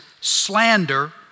slander